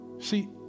See